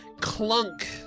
Clunk